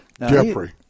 Jeffrey